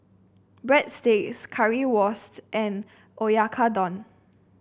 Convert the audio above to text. Breadsticks Currywurst and Oyakodon